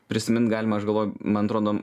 prisimint galima aš galvoju man atrodo